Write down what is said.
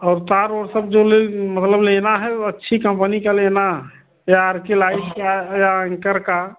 और तार ऊर सब जो ले मतलब लेना है वो अच्छी कंपनी का लेना या आर के लाइट का या एंकर का